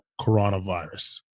coronavirus